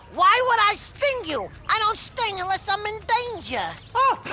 why would i sting you? i don't sting unless i'm in danger yeah oh,